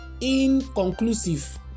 inconclusive